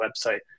website